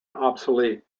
obsolete